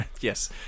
Yes